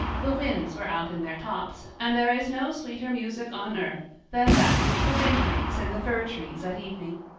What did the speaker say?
the winds were out in their tops, and there is no sweeter music on earth than that which the wind makes in the fir trees at evening.